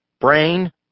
Brain